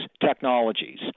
technologies